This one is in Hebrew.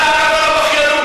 חבר הכנסת טיבי.